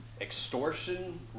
extortion